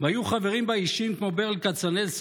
והיו חברים בה אישים כמו ברל כצנלסון,